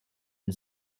and